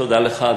תודה לך,